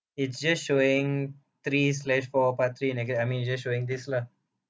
it's just showing three slash four part three and like a I mean it just showing this lah